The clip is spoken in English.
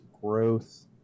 growth